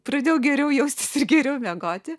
pradėjau geriau jaustis ir geriau miegoti